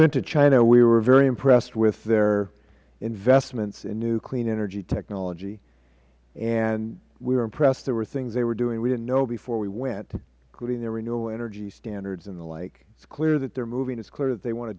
went to china we were very impressed with their investments in new clean energy technology and we were impressed there were things they were doing we did not know before we went including their renewable energy standards and the like it is clear that they are moving it is clear that they want to